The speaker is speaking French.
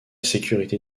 sécurité